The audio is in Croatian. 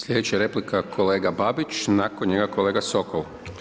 Slijedeća replika kolega Babić, nakon njega kolega Sokol.